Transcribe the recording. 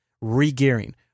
re-gearing